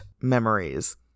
memories